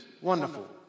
wonderful